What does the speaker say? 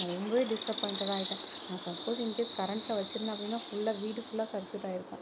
நான் ரொம்பவே டிஸ்அப்பாயிண்ட்டடாக ஆயிட்டேன் நான் சப்போஸ் இன்கேஸ் கரெண்ட்டில் வச்சிருந்தேன் அப்படினா ஃபுல்லாக வீடு ஃபுல்லாக சர்க்யூட்டாகியிருக்கும்